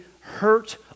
hurt